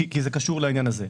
כי זה קשור לעניין הזה.